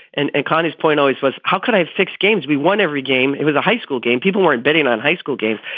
and and connie's point always was, how could i have six games? we won every game. it was a high school game. people weren't betting on high school games.